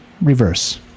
reverse